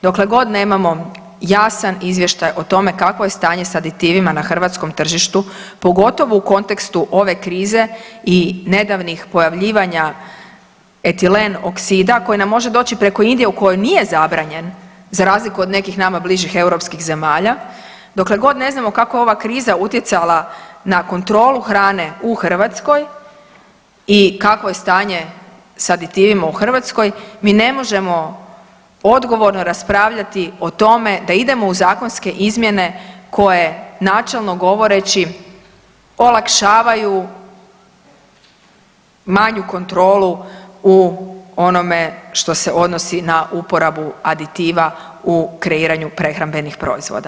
Dokle god nemamo jasan izvještaj o tome kakvo je stanje s aditivima na hrvatskom tržištu pogotovo u kontekstu ove krize i nedavnih pojavljivanja etilen oksida koji nam može doći preko Indije u kojoj nije zabranjen za razliku od nekih nama bližih europskih zemalja, dokle god ne znamo kako je ova kriza utjecala na kontrolu hrane u Hrvatskoj i kakvo je stanje s aditivima u Hrvatskoj mi ne možemo odgovorno raspravljati o tome da idemo u zakonske izmjene koje načelno govoreći olakšavaju manju kontrolu u onome što se odnosi na uporabu aditiva u kreiranju prehrambenih proizvoda.